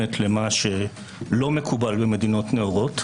מצוינת למה שלא מקובל במדינות נאורות.